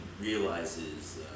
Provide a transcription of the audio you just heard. realizes